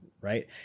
right